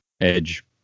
edge